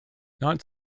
not